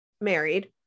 married